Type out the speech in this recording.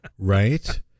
Right